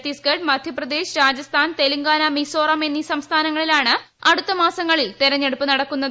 ഛത്തീസ്ഗഡ് മധ്യപ്രദേശ് രാജസ്ഥാൻ തെലങ്കാന മിസോറാം എന്നീ സംസ്ഥാനങ്ങളിലാണ് അടുത്ത മാസങ്ങളിൽ തെരഞ്ഞെടുപ്പ് നടക്കുന്നത്